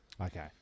Okay